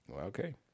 Okay